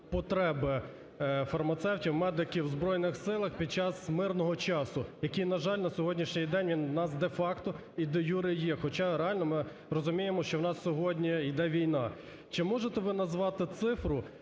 "потреби фармацевтів, медиків у Збройних Силах під час мирного часу", який, на жаль, на сьогоднішній день він де-факто і де-юре є, хоча реально ми розуміємо, що у нас сьогодні йде війна. Чи можете ви назвати цифру,